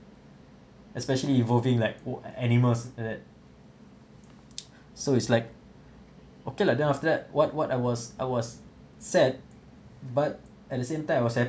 especially involving like oh animals like that so it's like okay lah then after that what what I was I was sad but at the same time I was